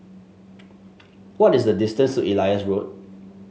what is the distance to Elias Road